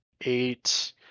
eight